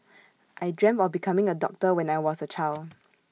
I dreamt of becoming A doctor when I was A child